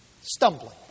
stumbling